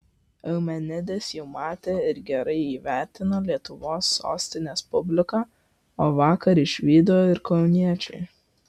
eumenides jau matė ir gerai įvertino lietuvos sostinės publika o vakar išvydo ir kauniečiai